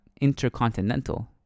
Intercontinental